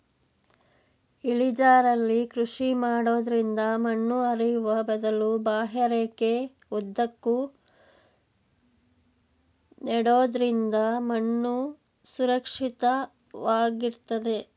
ಇಳಿಜಾರಲ್ಲಿ ಕೃಷಿ ಮಾಡೋದ್ರಿಂದ ಮಣ್ಣು ಹರಿಯುವ ಬದಲು ಬಾಹ್ಯರೇಖೆ ಉದ್ದಕ್ಕೂ ನೆಡೋದ್ರಿಂದ ಮಣ್ಣು ಸುರಕ್ಷಿತ ವಾಗಿರ್ತದೆ